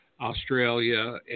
Australia